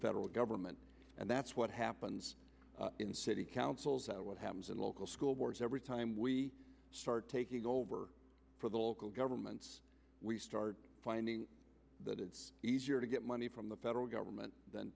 federal government and that's what happens in city councils what happens in local school boards time we start taking over for the local governments we start finding that it's easier to get money from the federal government than